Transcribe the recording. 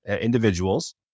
individuals